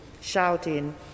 shouting